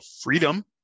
freedom